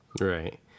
Right